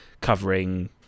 covering